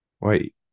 Wait